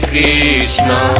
Krishna